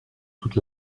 toute